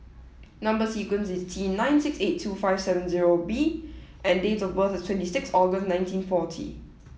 number sequence is T nine six eight two five seven zero B and date of birth is twenty sixth August nineteen forty